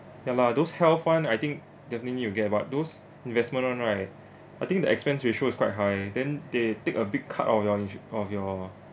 ya lah those health [one] I think definitely you get but those investment [one] right I think the expense ratio is quite high then they take a big cut of your ins~ of your